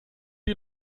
die